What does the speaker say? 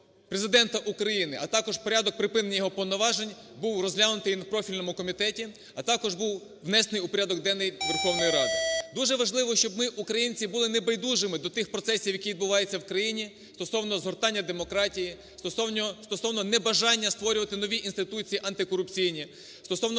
Президента України, а також порядок припинення його повноважень, був розглянутий на профільному комітеті, а також був внесений в порядок денний Верховної Ради. Дуже важливо, щоб ми, українці, були не байдужими до тих процесів, які відбуваються в країні, стосовно згортання демократії, стосовно небажання створювати нові інституції антикорупційні, стосовно